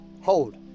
Hold